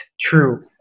true